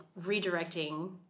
redirecting